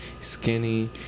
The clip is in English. skinny